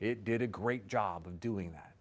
it did a great job of doing that